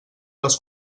les